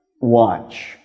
watch